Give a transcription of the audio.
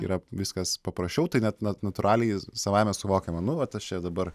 yra viskas paprasčiau tai net natūraliai savaime suvokiama nu vat aš čia dabar